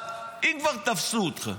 אם כבר תפסו אותו,